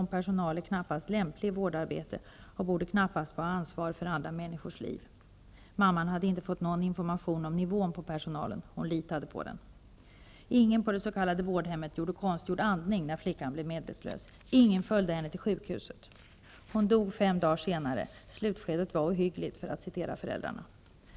Dylik personal är knappast lämplig i vårdarbete och borde knappast ha ansvar för andra människors liv. Mamman hade inte fått någon information om utbildningsnivån hos personalen. Hon litade på att den kunde sin sak. Ingen på det s.k. vårdhemmet gjorde konstgjord andning när flickan blev medvetslös, och ingen följde henne till sjukhuset. Fem dagar senare dog hon. För att citera föräldrarna: Slutskedet var ohyggligt.